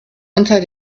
unter